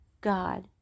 God